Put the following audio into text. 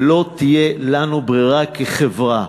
ולא תהיה לנו ברירה כחברה,